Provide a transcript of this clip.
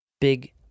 big